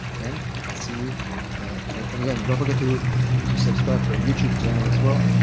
and i'll see you and again. don't forget to to subscribe to our youtube channel as well,